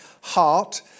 Heart